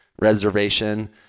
reservation